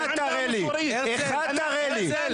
אחד תראה לי, אחד תראה לי.